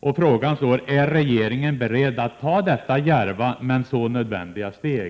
Jag frågar då: Är regeringen beredd att ta detta djärva men så nödvändiga steg?